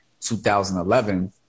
2011